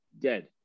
dead